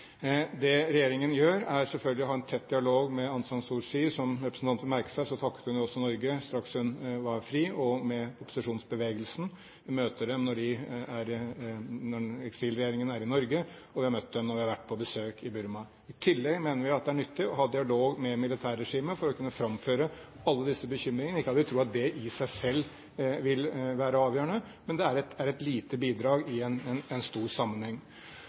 Det regjeringen gjør, er selvfølgelig å ha en tett dialog med Aung San Suu Kyi. Som representanten vel merket seg, takket hun jo Norge straks hun var fri. Vi møter opposisjonsbevegelsen når eksilregjeringen er i Norge, og vi har møtt dem når vi har vært på besøk i Burma. I tillegg mener vi at det er nyttig å ha dialog med militærregimet for å kunne framføre alle disse bekymringene. Ikke at vi tror at det i seg selv vil være avgjørende, men det er et lite bidrag i en stor sammenheng.